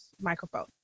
microphone